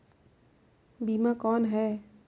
बीमा कौन है?